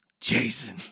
Jason